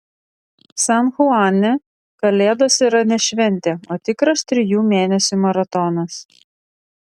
san chuane kalėdos yra ne šventė o tikras trijų mėnesių maratonas